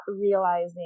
realizing